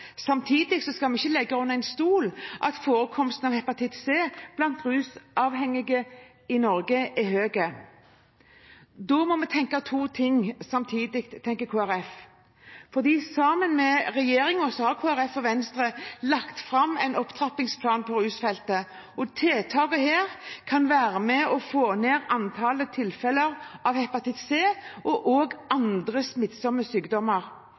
skal vi ikke stikke under en stol at forekomstene av hepatitt C blant rusavhengige i Norge er høy. Da må vi tenke to ting samtidig, tenker Kristelig Folkeparti. Sammen med regjeringen har Kristelig Folkeparti og Venstre lagt fram en opptrappingsplan på rusfeltet, og tiltakene her kan være med og få ned antallet tilfeller av hepatitt C og andre smittsomme sykdommer.